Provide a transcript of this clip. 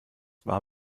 war